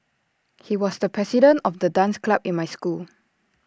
he was the president of the dance club in my school